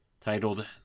titled